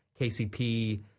KCP